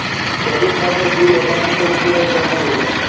Credit কার্ডের bill account থেকে কিভাবে পেমেন্ট করবো?